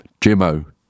jimmo